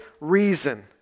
reason